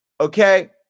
okay